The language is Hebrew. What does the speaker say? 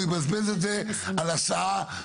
הוא יבזבז את זה על הסעה,